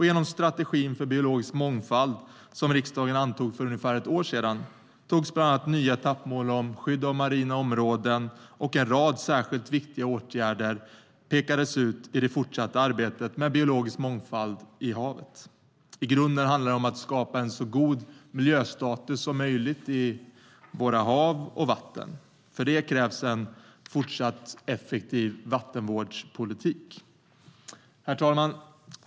Genom strategin om biologisk mångfald som riksdagen antog för ungefär ett år sedan togs bland annat nya etappmål om skydd av marina områden, och en rad särskilt viktiga åtgärder pekades ut i det fortsatta arbetet med biologisk mångfald i havet. I grunden handlar det om att skapa en så god miljöstatus som möjligt för våra hav och vatten. För det krävs en fortsatt effektiv vattenvårdspolitik. Herr talman!